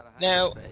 Now